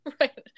Right